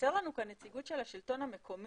חסר לנו כאן נציגות של השלטון המקומי,